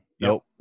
Nope